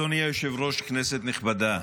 אדוני היושב-ראש, כנסת נכבדה,